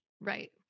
right